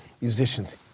musicians